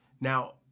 Now